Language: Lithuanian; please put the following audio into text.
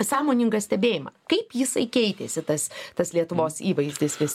sąmoningą stebėjimą kaip jisai keitėsi tas tas lietuvos įvaizdis vis